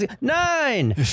nine